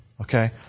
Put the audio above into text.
Okay